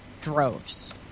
droves